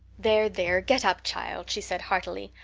there, there, get up, child, she said heartily.